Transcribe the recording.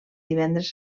divendres